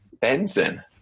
Benson